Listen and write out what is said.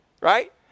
right